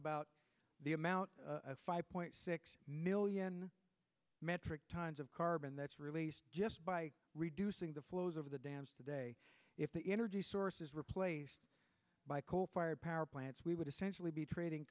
about the amount of five point six million metric tons of carbon that's released just by reducing the flows over the dams today if the energy source is replaced by coal fired power plants we would essentially be trading